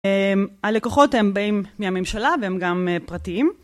הלקוחות הם באים מהממשלה והם גם פרטיים.